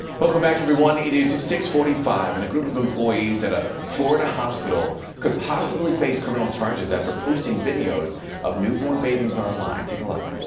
welcome back! it is six forty five. and a group of employees at a florida hospital could possibly face criminal charges after posting videos of newborn babies online. take a look.